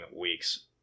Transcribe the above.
weeks